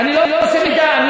למה אתה עושה מידה כנגד מידה,